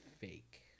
fake